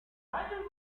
michael